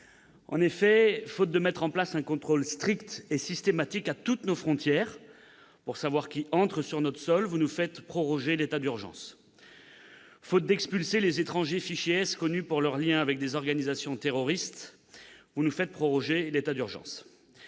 En effet, faute de mettre en place un contrôle strict et systématique à toutes nos frontières pour savoir qui entre sur notre sol, vous nous faites proroger l'état d'urgence. Faute d'expulser les étrangers fichés S connus pour leurs liens avec des organisations terroristes, vous nous faites proroger l'état d'urgence.